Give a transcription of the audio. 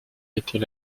était